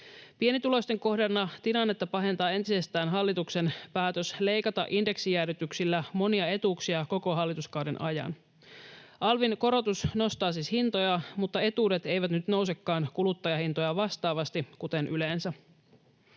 Pienituloisten kohdalla tilannetta pahentaa entisestään hallituksen päätös leikata indeksijäädytyksillä monia etuuksia koko hallituskauden ajan. Alvin korotus nostaa siis hintoja, mutta etuudet eivät nyt nousekaan kuluttajahintoja vastaavasti kuten yleensä.